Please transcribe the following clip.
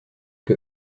que